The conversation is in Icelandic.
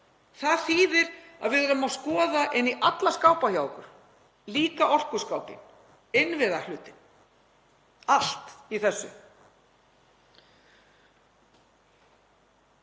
Það þýðir að við eigum að skoða inn í alla skápa hjá okkur, líka orkuskápinn, innviðahlutann — allt í þessu.